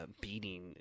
beating